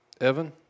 Evan